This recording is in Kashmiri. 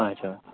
اَچھا